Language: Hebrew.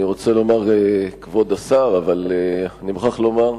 אני רוצה לומר כבוד השר, או,